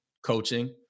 coaching